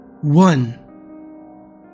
One